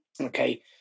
Okay